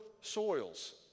soils